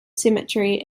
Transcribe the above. cemetery